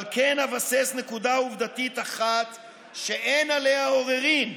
אבל כן אבסס נקודה עובדתית אחת שאין עליה עוררין: